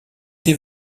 des